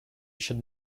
should